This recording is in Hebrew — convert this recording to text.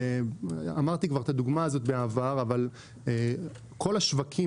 בעבר כבר נתתי את הדוגמה הזאת אבל כל השווקים